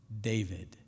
David